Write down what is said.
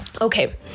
Okay